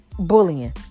Bullying